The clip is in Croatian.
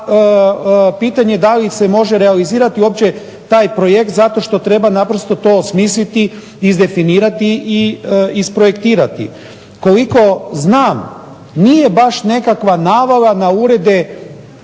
pitanje da li se može realizirati i uopće taj projekt zato što treba naprosto to osmisliti i izdefinirati i isprojektirati. Koliko znam nije baš nekakva navala na urede